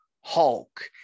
Hulk